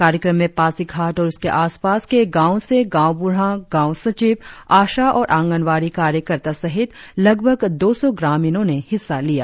कार्यक्रम में पासीघाट और उसके सास पास के गांवो से गांव ब्रुढ़ा गांव सचिव आशा और आंगनबाड़ी कार्यकर्ता सहित लगभग दो सौ ग्रामीणों ने हिस्सा लिया